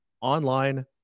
online